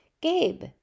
Gabe